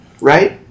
Right